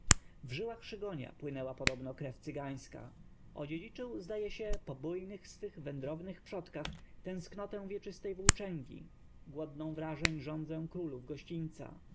w żyłach szygonia płynęła podo b n o krew cygańska odziedziczył zdaje się po bujnych swych w ędrow nych przodkach tęsknotę wieczystej włóczęgi g ło d n ą w rażeń żądzę królów goś